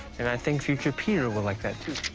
and i think future peter will like that too.